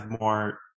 more